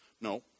No